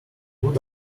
good